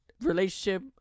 relationship